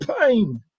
pain